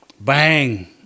Bang